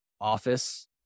office